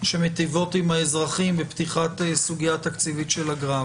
שמיטיבות עם האזרחים בפתיחת סוגייה תקציבית של אגרה.